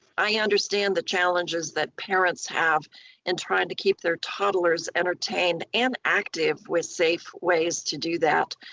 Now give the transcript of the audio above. i understand the challenges that parents have in trying to keep their toddlers entertained and active with safe ways to do that.